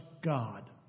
God